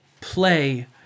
Play